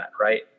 right